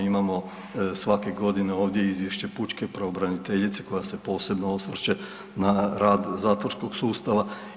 Imamo svake godine ovdje izvješće pučke pravobraniteljice koja se posebno osvrće na rad zatvorskog sustava.